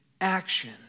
action